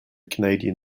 canadian